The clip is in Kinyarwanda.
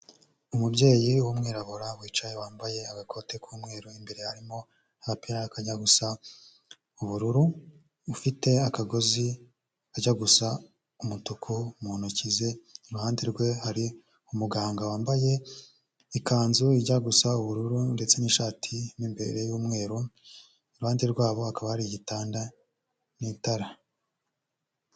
Umubyeyi w'umwirabura wicaye wambaye agakote k'umweru imbere harimo agapira kakajya gusa ubururu, ufite akagozi kajya gusa umutuku mu ntoki ze, iruhande rwe hari umuganga wambaye ikanzu ijya gusa ubururu ndetse n'ishati mo imbere y'umweru iruhande rwabo hakaba hari igitanda n'itara.